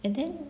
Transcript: and then